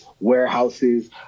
warehouses